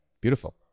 Beautiful